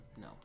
No